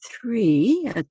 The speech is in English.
three